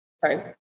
Sorry